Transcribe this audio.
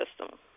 system